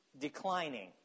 declining